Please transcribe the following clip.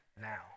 now